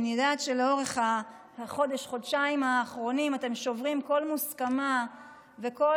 אני יודעת שלאורך החודש-חודשיים האחרונים אתם שוברים כל מוסכמה וכל